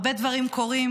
הרבה דברים קורים,